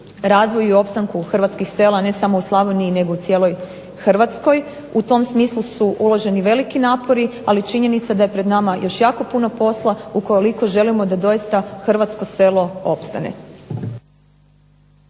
razvoju i opstanku hrvatskih sela, ne samo u Slavoniji, nego u cijeloj Hrvatskoj, u tom smislu su uloženi veliki napori, ali činjenica da je pred nama još jako puno posla, ukoliko želimo da doista hrvatsko selo opstane.